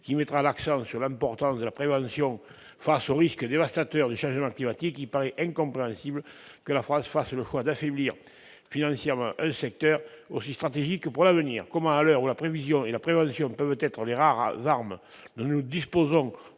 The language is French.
qui mettra l'accent sur l'importance de la prévention face aux risques dévastateurs liés à celui-ci, il paraît incompréhensible que la France fasse le choix d'affaiblir financièrement un secteur aussi stratégique pour l'avenir. Comment, à l'heure où la prévision et la prévention peuvent être les rares armes dont nous disposons